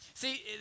See